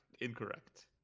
Incorrect